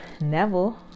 Neville